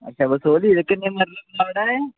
अच्छा बसोह्ली ते किन्ने मरले दा प्लाट ऐ एह्